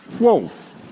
Wolf